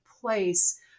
place